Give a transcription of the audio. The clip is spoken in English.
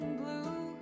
blue